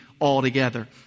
altogether